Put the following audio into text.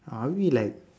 are we like